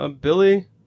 Billy